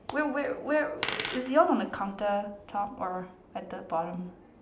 where where where is yours on the counter top or at the bottom